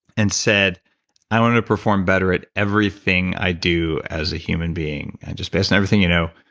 and said i want to perform better at everything i do as a human being. just based on everything you know.